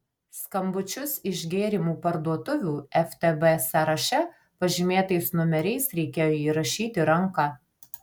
skambučius iš gėrimų parduotuvių ftb sąraše pažymėtais numeriais reikėjo įrašyti ranka